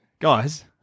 Guys